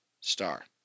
star